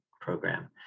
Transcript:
program